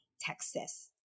Texas